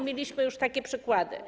Mieliśmy już takie przypadki.